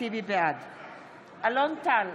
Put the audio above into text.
אלון טל,